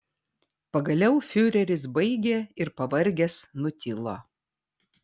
pagaliau fiureris baigė ir pavargęs nutilo